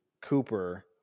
Cooper